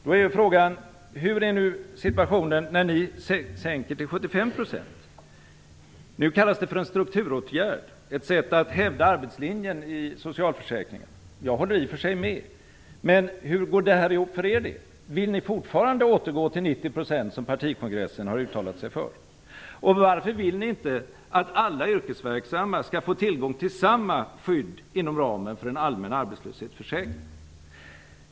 Då är frågan hur situationen är nu när ni sänker till 75 %. Nu kallas det för en strukturåtgärd, ett sätt att hävda arbetslinjen i socialförsäkringen. Jag håller i och för sig med, men hur går det ihop för er del? Vill ni fortfarande återgå till 90 %, som partikongressen har uttalat sig för? Varför vill ni inte att alla yrkesverksamma skall få tillgång till samma skydd inom ramen för en allmän arbetslöshetsförsäkring?